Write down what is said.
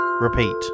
repeat